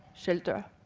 shelter,